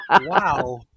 wow